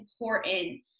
important